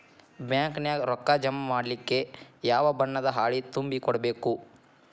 Bank ನ್ಯಾಗ ರೊಕ್ಕಾ ಜಮಾ ಮಾಡ್ಲಿಕ್ಕೆ ಯಾವ ಬಣ್ಣದ್ದ ಹಾಳಿ ತುಂಬಿ ಕೊಡ್ಬೇಕು?